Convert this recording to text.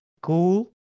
cool